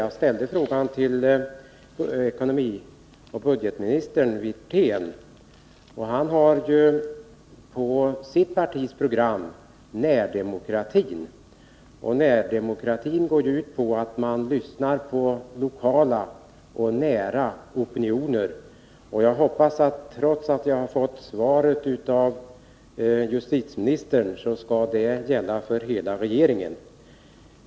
Jag ställde min fråga till ekonomioch budgetministern Wirtén, och dennes parti har ju närdemokrati på sitt program. Närdemokratin går ju ut på att man skall lyssna på lokala opinioner. Även om svaret har lämnats av justitieministern, hoppas jag att det skall gälla för hela regeringen.